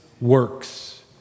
works